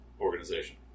organization